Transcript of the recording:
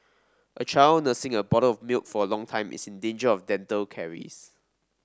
a child nursing a bottle of milk for a long time is in danger of dental caries